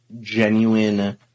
genuine